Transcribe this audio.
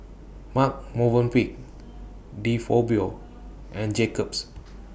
Marche Movenpick De Fabio and Jacob's